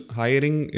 hiring